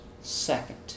second